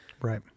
Right